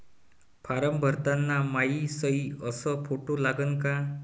Form भरताना मायी सयी अस फोटो लागन का?